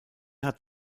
hat